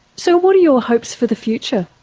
so what are your hopes for the future?